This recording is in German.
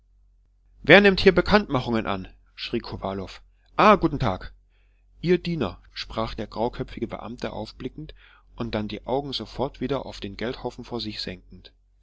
wer nimmt hier bekanntmachungen an schrie kowalow ah guten tag ihr diener sprach der grauköpfige beamte aufblickend und dann die augen sofort wieder auf den geldhaufen vor sich senkend